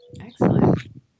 Excellent